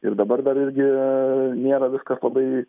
ir dabar dar irgi nėra viskas labai